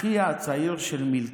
אחיה הצעיר של מילכה,